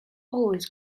always